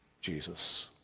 Jesus